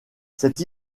cette